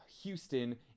Houston